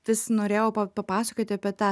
vis norėjau pa papasakoti apie tą